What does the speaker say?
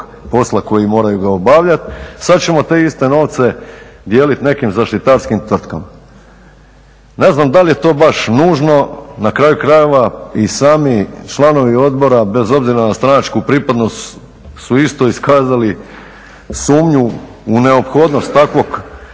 posla koji moraju obavljati, sada ćemo te iste novce dijeliti nekim zaštitarskim tvrtkama. Ne znam da li je to baš nužno, na kraju krajeva i sami članovi odbora bez obzira na stranačku pripadnost su isto iskazali sumnju u neophodnost takvog